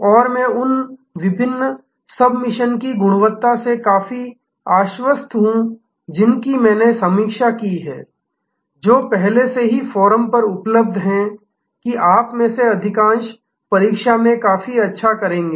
और मैं उन विभिन्न सबमिशन की गुणवत्ता से काफी आश्वस्त हूं जिनकी मैंने समीक्षा की है जो पहले से ही फोरम पर उपलब्ध हैं कि आप में से अधिकांश परीक्षा में काफी अच्छा करेंगे